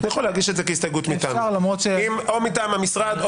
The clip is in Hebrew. אני יכול להגיש את זה כהסתייגות מטעמי או מטעם המשרד.